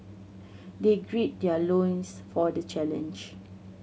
they great their loins for the challenge